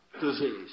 disease